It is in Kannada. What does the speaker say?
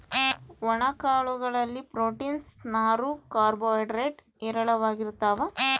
ಒಣ ಕಾಳು ಗಳಲ್ಲಿ ಪ್ರೋಟೀನ್ಸ್, ನಾರು, ಕಾರ್ಬೋ ಹೈಡ್ರೇಡ್ ಹೇರಳವಾಗಿರ್ತಾವ